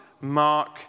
mark